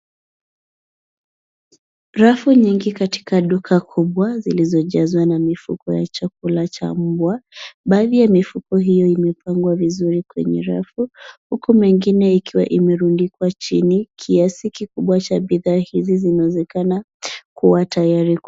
Rafu nyingi katika duka kubwa zilizojazwa na mifuko ya chakula cha mbwa. Baadhi ya mifuko hiyo imepangwa vizuri kwenye rafu huku mingine ikiwa imerundikwa chini, kiasi kikubwa cha bidhaa hizi zinawezekana kuwa tayari.